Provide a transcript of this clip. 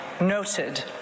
noted